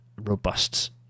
robust